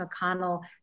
McConnell